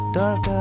dark